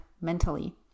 mentally